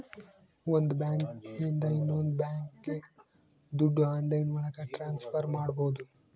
ಒಂದ್ ಬ್ಯಾಂಕ್ ಇಂದ ಇನ್ನೊಂದ್ ಬ್ಯಾಂಕ್ಗೆ ದುಡ್ಡು ಆನ್ಲೈನ್ ಒಳಗ ಟ್ರಾನ್ಸ್ಫರ್ ಮಾಡ್ಬೋದು